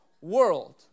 world